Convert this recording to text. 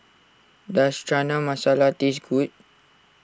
does Chana Masala taste good